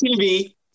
TV